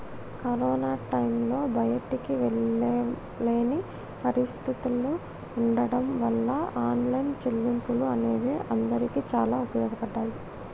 corona టైంలో బయటికి వెళ్ళలేని పరిస్థితులు ఉండబడ్డం వాళ్ళ ఆన్లైన్ చెల్లింపులు అనేవి అందరికీ చాలా ఉపయోగపడ్డాయి